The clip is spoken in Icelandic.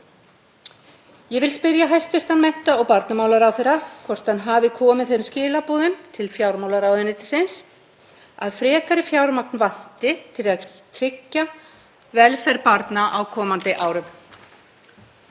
Ég vil spyrja hæstv. mennta- og barnamálaráðherra hvort hann hafi komið þeim skilaboðum til fjármálaráðuneytisins að frekara fjármagn vanti til að tryggja velferð barna á komandi árum.